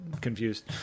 confused